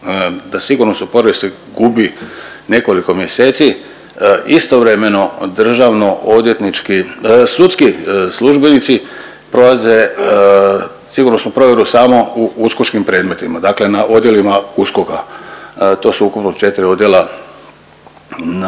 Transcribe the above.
Za sigurnosnu provjeru se gubi nekoliko mjeseci, istovremeno državno odvjetnički, sudski službenici prolaze sigurnosnu provjeru samo u uskočkim predmetima, dakle na odjelima USKOK-a. To su ukupno 4 odjela na